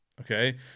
Okay